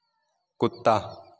कुत्ता